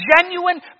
genuine